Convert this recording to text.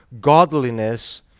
godliness